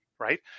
Right